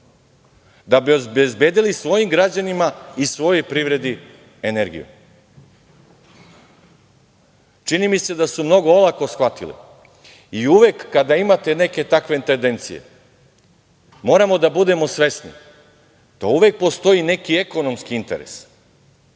da bi obezbedili svojim građanima i svojoj privredi energiju. Čini mi se da su mnogo olako shvatili i uvek kada imate neke takve tendencije moramo da budemo svesni da uvek postoji neki ekonomski interes.